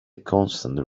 constant